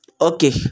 Okay